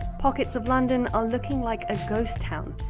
pockets of london are looking like a ghost town.